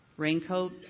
Raincoat